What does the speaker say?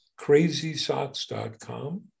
CrazySocks.com